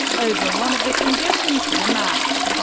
over one of the conditions for the match.